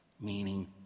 meaning